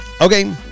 Okay